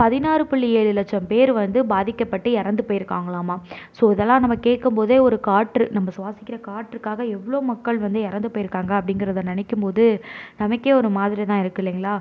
பதினாறு புள்ளி ஏழு லட்சம் பேர் வந்து பாதிக்கப்பட்டு இறந்து போயிருக்காங்களாமாம் ஸோ இதெல்லாம் நம்ம கேட்கும் போதே ஒரு காற்று நம்ப சுவாசிக்கிற காற்றுக்காக எவ்வளோ மக்கள் வந்து இறந்து போயிருக்காங்க அப்படிங்கிறத நினைக்கும்போது நமக்கே ஒரு மாதிரி தான் இருக்கில்லைங்களா